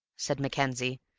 said mackenzie.